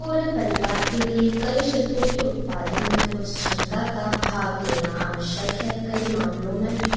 पूरे परिवार के लिए कई शिल्पों के उत्पादन में कुछ क्षमता का भाग लेना आवश्यक है कई मामलों में